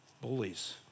Bullies